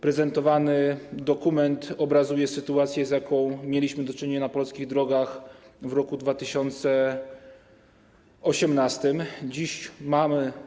Prezentowany dokument obrazuje sytuację, z jaką mieliśmy do czynienia na polskich drogach w 2018 r.